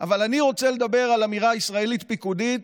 אבל אני רוצה לדבר על אמירה ישראלית פיקודית